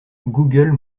google